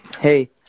Hey